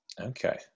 Okay